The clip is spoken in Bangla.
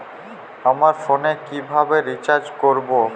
আমার ফোনে কিভাবে রিচার্জ করবো?